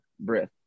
Breath